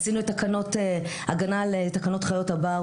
עשינו את תקנות הגנה על תקנות חיות הבר,